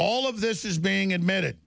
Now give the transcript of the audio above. all of this is being admitted